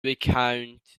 recount